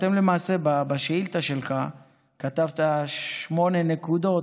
אתם למעשה, בשאילתה שלך כתבת שמונה נקודות,